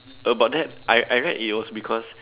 about that I I read it was because